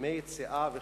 ודמי יציאה וכדומה.